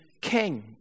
king